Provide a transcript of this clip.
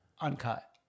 uncut